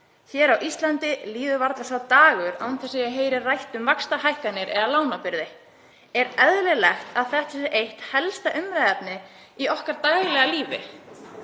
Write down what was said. Hér á Íslandi líður varla sá dagur að ég heyri ekki rætt um vaxtahækkanir eða lánabyrði. Er eðlilegt að þetta sé eitt helsta umræðuefni í okkar daglega lífi?